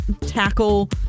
tackle